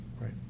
right